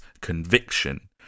conviction